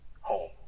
home